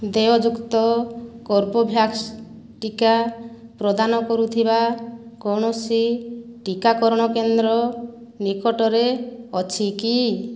ଦେୟଯୁକ୍ତ କୋବୋଭ୍ୟାକ୍ସ ଟିକା ପ୍ରଦାନ କରୁଥିବା କୌଣସି ଟିକାକରଣ କେନ୍ଦ୍ର ନିକଟରେ ଅଛି କି